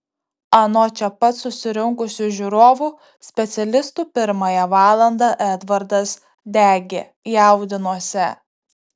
anot čia pat susirinkusių žiūrovų specialistų pirmąją valandą edvardas degė jaudinosi